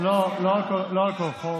לא, לא על כל חוק.